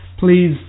please